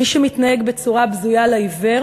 מי שמתנהג בצורה בזויה לעיוור